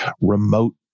remote